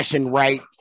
right